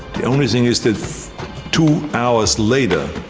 the only thing is that two hours later,